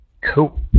Cool